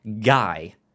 guy